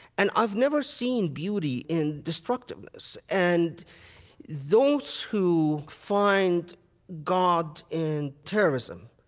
and i've never seen beauty in destructiveness. and those who find god in terrorism,